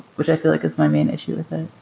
which i feel like is my main issue with it.